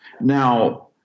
Now